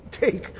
take